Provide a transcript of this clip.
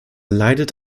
leidet